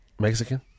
Mexican